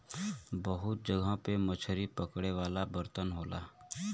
बहुत जगह पे मछरी पकड़े वाला बर्तन होला